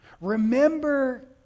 remember